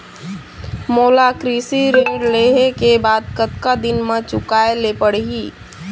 मोला कृषि ऋण लेहे के बाद कतका दिन मा चुकाए ले पड़ही?